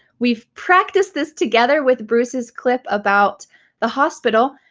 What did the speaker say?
we've practiced this together with bruce's clip about the hospital,